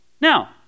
Now